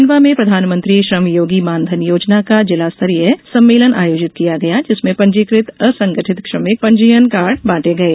खण्डवा में प्रधानमंत्री श्रम योगी मानधन योजना का जिलास्तरीय सम्मेलन आयोजित किया गया जिसमें पंजीकृत असंगठित श्रमिकों पंजीयन कार्ड बांटे गये